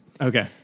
Okay